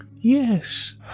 yes